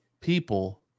people